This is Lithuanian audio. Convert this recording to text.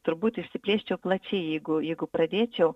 turbūt išsiplėščiau plačiai jeigu jeigu pradėčiau